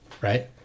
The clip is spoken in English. right